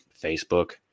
Facebook